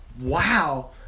Wow